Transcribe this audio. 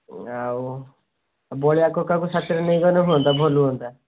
ଆଉ ବଳିଆ କକାକୁ ସାଥିରେ ନେଇକି ଗଲେ ହୁଅନ୍ତା ଭଲ ହୁଅନ୍ତା